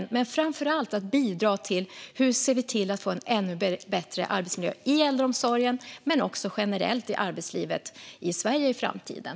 Men jag vill framför allt bjuda in er till att bidra till att se till hur vi kan få en ännu bättre arbetsmiljö både i äldreomsorgen och generellt i arbetslivet i Sverige i framtiden.